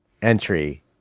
entry